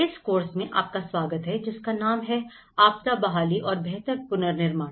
इस कोर्स में आपका स्वागत है जिसका नाम है आपदा बहाली और बेहतर पुनर्निर्माण